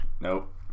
Nope